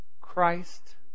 Christ